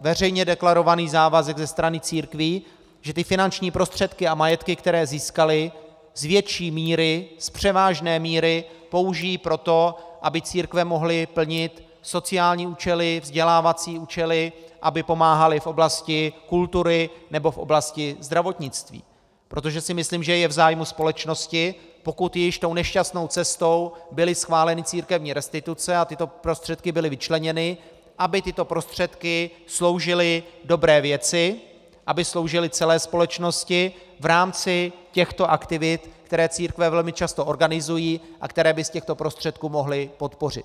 veřejně deklarovaný závazek ze strany církví, že ty finanční prostředky a majetky, které získaly, z větší míry, z převážné míry použijí pro to, aby církve mohly plnit sociální účely, vzdělávací účely, aby pomáhaly v oblasti kultury nebo v oblasti zdravotnictví, protože si myslím, že je v zájmu společnosti, pokud již tou nešťastnou cestou byly schváleny církevní restituce a tyto prostředky byly vyčleněny, aby tyto prostředky sloužily dobré věci, aby sloužily celé společnosti v rámci těchto aktivit, které církve velmi často organizují a které by z těchto prostředků mohly podpořit.